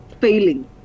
failing